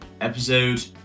episode